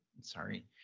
Sorry